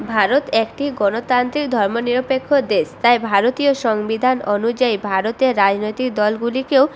ভারত একটি গণতান্ত্রিক ধর্ম নিরপেক্ষ দেশ তাই ভারতীয় সংবিধান অনুযায়ী ভারতের রাজনৈতিক দলগুলিকেও